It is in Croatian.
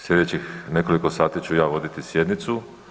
Sljedećih nekoliko sati ću ja voditi sjednicu.